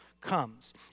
comes